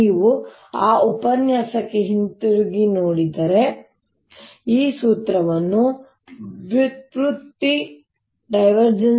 ನೀವು ಆ ಉಪನ್ಯಾಸಕ್ಕೆ ಹಿಂತಿರುಗಿ ಹೋದರೆ ಈ ಸೂತ್ರವನ್ನು ವ್ಯುತ್ಪತ್ತಿ ಮಾಡುವಾಗ ▽